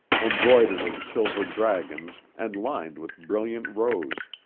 embroidered in silver dragons and lined with brilliant rose.